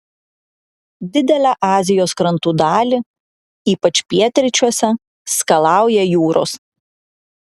didelę azijos krantų dalį ypač pietryčiuose skalauja jūros